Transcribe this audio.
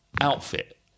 outfit